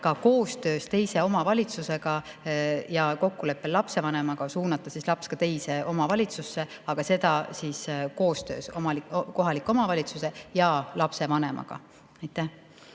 ka koostöös teise omavalitsusega ja kokkuleppel lapsevanemaga suunata laps teise omavalitsusse, aga kordan, seda koostöös kohaliku omavalitsuse ja lapsevanemaga. Aitäh!